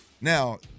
Now